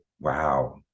Wow